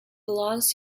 belongs